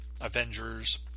Avengers